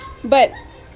but